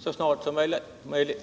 så snart som möjligt.